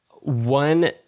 one